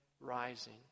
rising